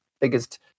biggest